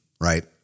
Right